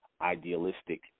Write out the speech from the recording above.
idealistic